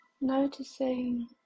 noticing